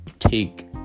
take